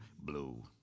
blue